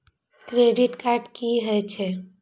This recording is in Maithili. क्रेडिट कार्ड की हे छे?